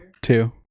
Two